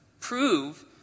prove